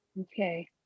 Okay